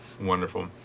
wonderful